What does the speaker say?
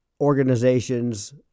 organizations